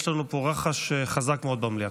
יש לנו פה רחש חזק מאוד במליאה.